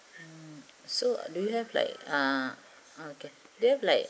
mm so do you have like ah okay do you like